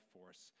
force